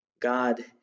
God